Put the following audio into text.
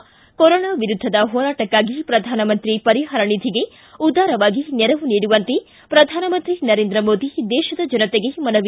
ಿ ಕೊರನಾ ವಿರುದ್ದದ ಹೋರಾಟಕ್ಕಾಗಿ ಪ್ರಧಾನಮಂತ್ರಿ ಪರಿಹಾರ ನಿಧಿಗೆ ಉದಾರವಾಗಿ ನೆರವು ನೀಡುವಂತೆ ಪ್ರಧಾನಮಂತ್ರಿ ನರೇಂದ್ರ ಮೋದಿ ದೇತದ ಜನತೆಗೆ ಮನವಿ